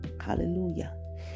hallelujah